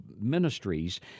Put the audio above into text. ministries